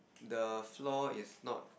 the floor is not